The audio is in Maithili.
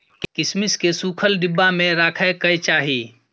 किशमिश केँ सुखल डिब्बा मे राखे कय चाही